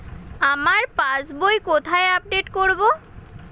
আমার পাস বই কোথায় আপডেট করব?